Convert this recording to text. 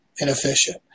inefficient